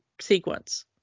sequence